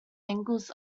angles